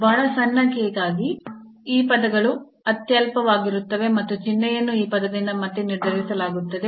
ಬಹಳ ಸಣ್ಣ k ಗಾಗಿ ಈ ಪದಗಳು ಅತ್ಯಲ್ಪವಾಗಿರುತ್ತವೆ ಮತ್ತು ಚಿಹ್ನೆಯನ್ನು ಈ ಪದದಿಂದ ಮತ್ತೆ ನಿರ್ಧರಿಸಲಾಗುತ್ತದೆ